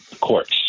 courts